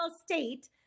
state